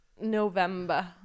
November